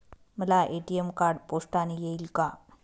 मला ATM card पोस्टाने येईल का?